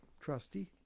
trusty